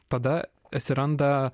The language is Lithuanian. tada atsiranda